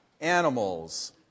animals